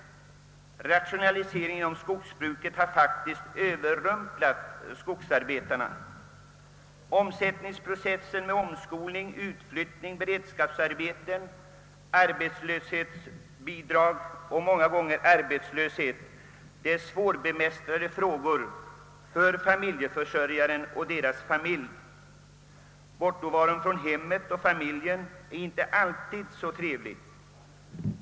Rationaliseringen inom skogsbruket har faktiskt överrumplat skogsarbetarna. Omställningsprocessen med omskolning, utflyttning, beredskapsarbeten, arbetslöshetsbidrag och inte sällan arbetslöshet är ett svårbemästrat problem för en familjeförsörjare och hans anhöriga. Bortovaron från hemmet och familjen är inte alltid så trevlig.